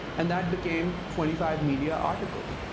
and that became twenty five media articles.